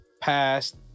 past